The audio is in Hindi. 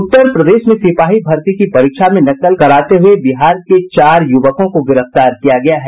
उत्तर प्रदेश में सिपाही भर्ती की परीक्षा में नकल कराते हुये बिहार के चार युवकों को गिरफ्तार किया गया है